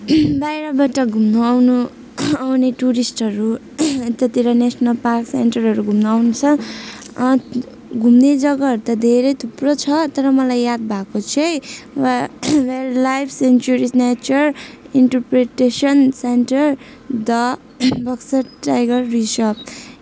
बाहिरबाट घुम्नु आउनु आउने टुरिस्टहरू यतातिर नेसनल पार्क सेन्टरहरू घुम्नु आउँछ घुम्ने जग्गाहरू त धेरै थुप्रो छ तर मलाई याद भएको चाहिँ wild life sanctuary nature interpretation centre the Buxa tiger reserve